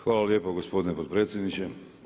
Hvala lijepo gospodine potpredsjedniče.